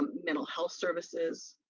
mental health services,